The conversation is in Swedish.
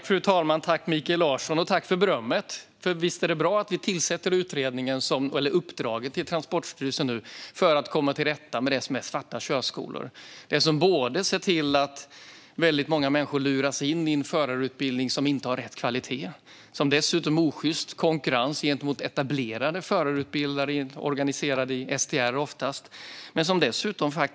Fru talman! Tack, Mikael Larsson, för berömmet! Visst är det bra att vi ger Transportstyrelsen detta uppdrag för att komma till rätta med svarta körskolor. Många människor luras ju in i en förarutbildning som inte har rätt kvalitet. Dessutom är det osjyst konkurrens mot etablerade förarutbildare, oftast organiserade i STR.